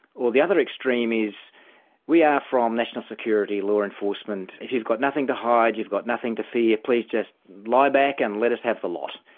or the other extreme is that we are from national security, law enforcement, if you've got nothing to hide you've got nothing to fear, please just lie back and let us have the lot.